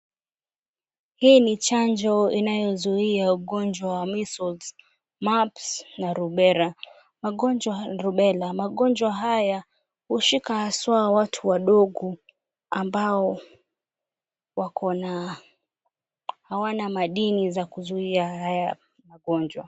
Hii ni chanjo ambayo inazuia ugonjwa wa measles mumps[cs na rubella magonjwa haya hasa hushika watu wadogo ambao hawana madini ya kuzuia haya magonjwa .